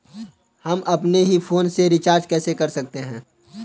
हम अपने ही फोन से रिचार्ज कैसे कर सकते हैं?